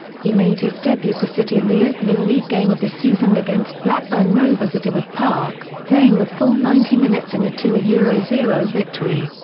he made his debut for city in the opening league game of the season against blackburn rovers at ewood park, playing the full ninety minutes in a two yeah zero zero victory.